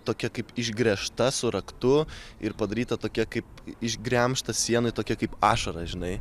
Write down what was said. tokia kaip išgręžta su raktu ir padaryta tokia kaip išgremžtas sienoje tokia kaip ašara žinai